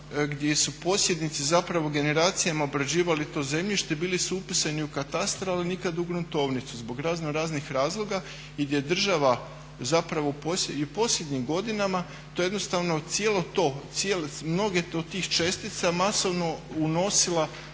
gdje su posjednici zapravo generacijama obrađivali to zemljište, bili su upisani u katastar ali nikad u gruntovnicu zbog razno raznih razloga i gdje država zapravo i u posljednjim godinama to jednostavno mnoge od tih čestica masovno unosila